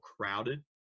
crowded